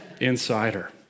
insider